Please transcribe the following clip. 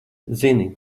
zini